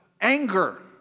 anger